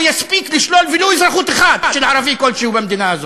יספיק לשלול ולו אזרחות אחת של ערבי כלשהו במדינה הזאת.